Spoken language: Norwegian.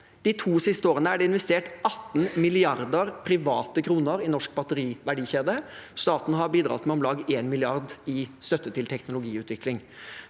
De to siste årene er det investert 18 mrd. private kroner i norsk batteriverdikjede. Staten har bidratt med om lag 1 mrd. kr i støtte til teknologiutvikling.